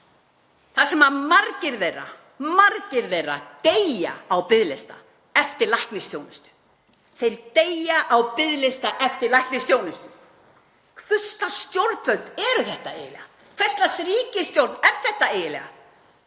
að biðja um hjálp þar sem margir þeirra deyja á biðlista eftir læknisþjónustu. Þeir deyja á biðlista eftir læknisþjónustu. Hvurs lags stjórnvöld eru þetta eiginlega? Hvers lags ríkisstjórn er þetta eiginlega